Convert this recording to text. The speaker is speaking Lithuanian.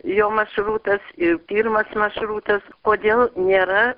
jo maršrutas ir pirmas maršrutas kodėl nėra